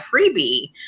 freebie